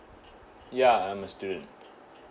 ya I'm a student